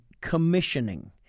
commissioning